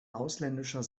ausländischer